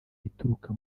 ituruka